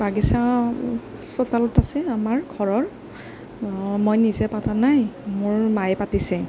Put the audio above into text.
বাগিচা চোতালত আছে আমাৰ ঘৰৰ মই নিজে পতা নাই মোৰ মায়ে পাতিছে